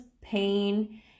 pain